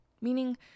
meaning